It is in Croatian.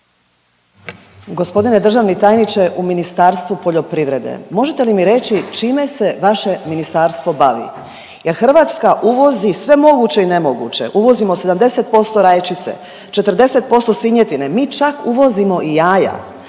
G. državni tajniče u Ministarstvu poljoprivrede, možete li mi reći čime se vaše ministarstvo bavi? Jer, Hrvatska uvozi sve moguće i nemoguće, uvozimo 70% rajčice, 40% svinjetine, mi čak uvozimo i jaja.